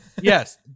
Yes